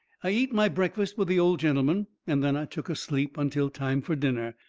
i eat my breakfast with the old gentleman, and then i took a sleep until time fur dinner.